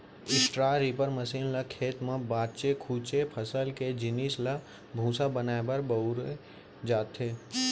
straw reaper machine ल खेत म बाचे खुचे फसल के जिनिस ल भूसा बनाए बर बउरे जाथे